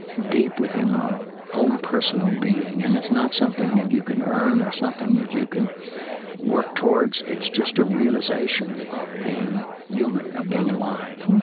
deep within our own personal being and it's not something that you can earn or something that you can work towards, it's just a realization of being human, of being alive,